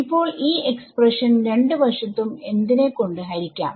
ഇപ്പോൾ ഈ എക്സ്പ്രഷൻ രണ്ട് വശത്തും എന്തിനെ കൊണ്ട് ഹരിക്കാം